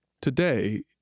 Today